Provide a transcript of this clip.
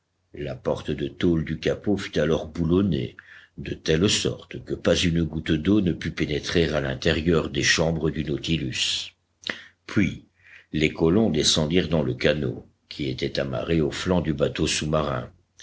la porte de tôle du capot fut alors boulonnée de telle sorte que pas une goutte d'eau ne pût pénétrer à l'intérieur des chambres du nautilus puis les colons descendirent dans le canot qui était amarré au flanc du bateau sous-marin